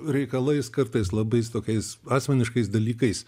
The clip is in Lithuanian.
reikalais kartais labais tokiais asmeniškais dalykais